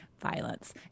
Violence